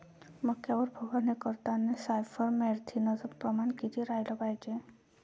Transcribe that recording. मक्यावर फवारनी करतांनी सायफर मेथ्रीनचं प्रमान किती रायलं पायजे?